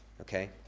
okay